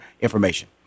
information